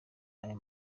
aya